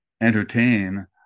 entertain